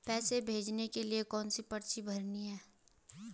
पैसे भेजने के लिए कौनसी पर्ची भरनी है?